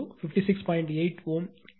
8 Ω கிடைக்கும்